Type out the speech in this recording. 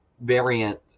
variant